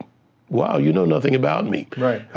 wow, you know nothing about me. right.